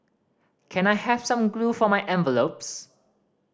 can I have some glue for my envelopes